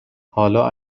حالا